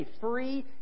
free